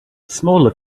smaller